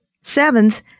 seventh